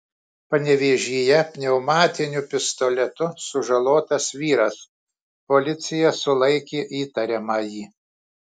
panevėžyje pneumatiniu pistoletu sužalotas vyras policija sulaikė įtariamąjį